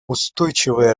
устойчивое